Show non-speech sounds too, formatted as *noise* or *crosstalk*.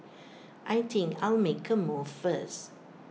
*noise* I think I'll make A move first